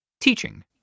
teaching